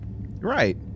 Right